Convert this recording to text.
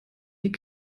die